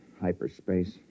hyperspace